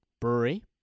Brewery